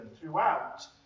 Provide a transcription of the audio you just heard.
throughout